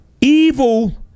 evil